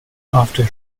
after